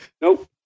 Nope